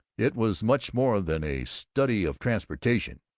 it was much more than a study of transportation.